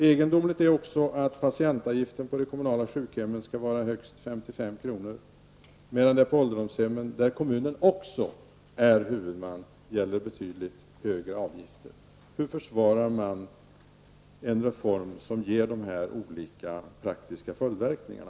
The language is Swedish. Egendomligt är också att patientavgiften på de kommunala sjukhemmen skall vara högst 55 kr., medan det på ålderdomshemmen, där kommunen också är huvudman, gäller betydligt högre avgifter. Hur försvarar man en reform som ger dessa olika praktiska följdverkningar?